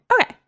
okay